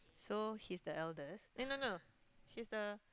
so he's the eldest eh no no he's the